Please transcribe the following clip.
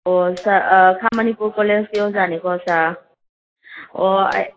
ꯍꯣꯏ ꯁꯥꯔ ꯈꯥ ꯃꯅꯤꯄꯨꯔ ꯀꯣꯂꯦꯖꯀꯤ ꯑꯣꯖꯥꯅꯤꯀꯣ ꯁꯥꯔ ꯑꯣ ꯑꯩ